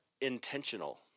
intentional